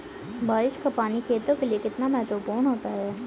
बारिश का पानी खेतों के लिये कितना महत्वपूर्ण होता है?